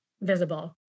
visible